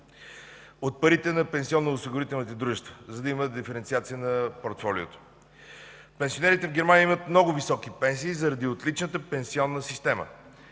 от парите на пенсионноосигурителните дружества, за да има диференциация на портфолиото. Пенсионерите в Германия имат много високи пенсии, заради отличната пенсионна система.